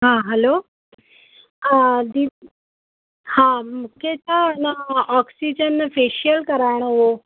हा हलो हा दीदी हा मूंखे छा न ऑक्सीजन फेशियल कराइणो हो